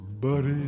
Buddy